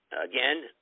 again